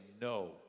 no